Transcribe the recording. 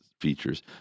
features